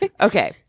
okay